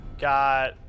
got